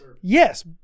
Yes